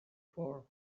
for